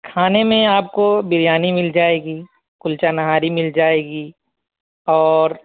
کھانے میں آپ کو بریانی مل جائے گی قلچہ نہاری مل جائے گی اور